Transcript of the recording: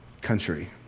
country